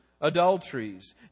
adulteries